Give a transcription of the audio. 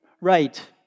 right